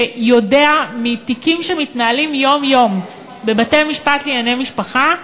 שיודע מתיקים שמתנהלים יום-יום בבתי-משפט לענייני משפחה,